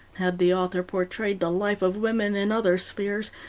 had the author portrayed the life of women in other spheres,